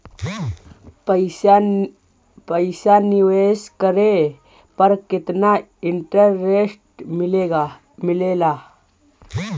पईसा निवेश करे पर केतना इंटरेस्ट मिलेला?